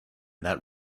that